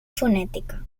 fonètica